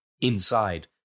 inside